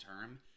term